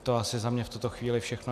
To je asi za mě v tuto chvíli všechno.